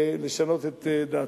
ולשנות את דעתה.